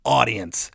audience